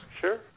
sure